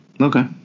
Okay